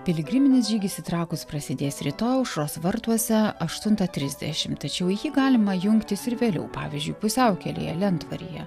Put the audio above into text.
piligriminis žygis į trakus prasidės rytoj aušros vartuose aštuntą trisdešim tačiau į jį galima jungtis ir vėliau pavyzdžiui pusiaukelėje lentvaryje